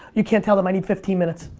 you can't tell them, i need fifteen minutes.